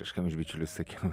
kažkam iš bičiulių sakiau